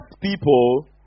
people